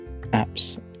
apps